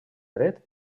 dret